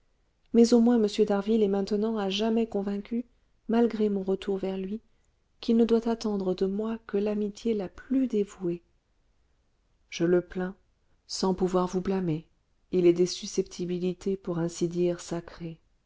mais au moins m d'harville est maintenant à jamais convaincu malgré mon retour vers lui qu'il ne doit attendre de moi que l'amitié la plus dévouée je le plains sans pouvoir vous blâmer il est des susceptibilités pour ainsi dire sacrées